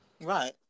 Right